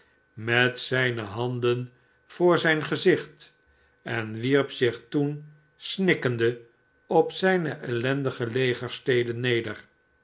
met zijne handen voor zijn gezicht en wierp zich toen snikkende op zijne ellendige legerstede neder